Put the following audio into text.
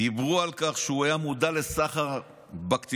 דיברו על כך שהוא היה מודע לסחר בקטינות